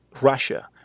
Russia